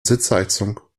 sitzheizung